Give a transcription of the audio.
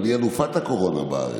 אבל היא אלופת הקורונה בארץ.